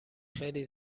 خیلی